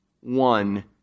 one